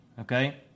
okay